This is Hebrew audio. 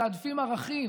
מתעדפים ערכים.